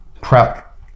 prep